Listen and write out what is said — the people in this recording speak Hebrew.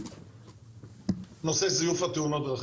נושא זיוף תאונת הדרכים.